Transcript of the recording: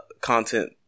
content